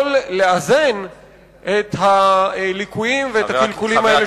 לאזן את הליקויים ואת הקלקולים האלה.